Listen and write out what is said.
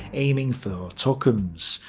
aiming for tukums.